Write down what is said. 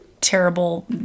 terrible